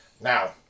Now